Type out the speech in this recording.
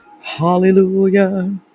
Hallelujah